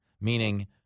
Meaning